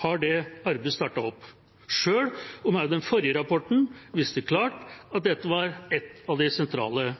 har det arbeidet startet opp, selv om også den forrige rapporten viste klart at dette var et av de sentrale